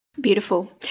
Beautiful